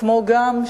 כמו גם,